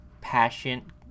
passion